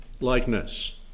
likeness